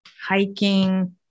hiking